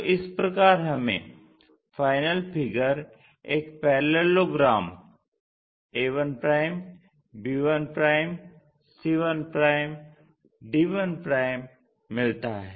तो इस प्रकार हमें फाइनल फिगर एक parallelogram a1 b1 c1 d1 मिलता है